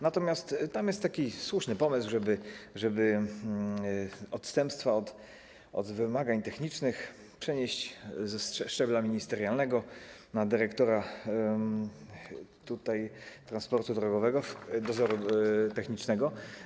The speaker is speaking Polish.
Natomiast tam jest taki słuszny pomysł, żeby odstępstwa od wymagań technicznych przenieść ze szczebla ministerialnego do szczebla dyrektora transportu drogowego, dozoru technicznego.